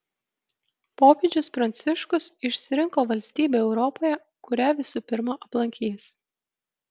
popiežius pranciškus išsirinko valstybę europoje kurią visų pirma aplankys